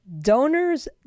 Donors